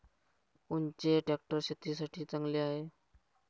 कोनचे ट्रॅक्टर शेतीसाठी चांगले हाये?